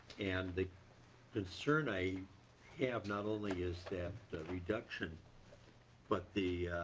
and the concern i have not only is that that reduction but the